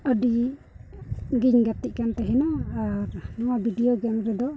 ᱟᱹᱰᱤ ᱜᱤᱧ ᱜᱟᱛᱮᱜ ᱠᱟᱱ ᱛᱟᱦᱮᱱᱟ ᱟᱨ ᱚᱱᱟ ᱵᱷᱤᱰᱤᱭᱳ ᱜᱮᱢ ᱨᱮᱫᱚ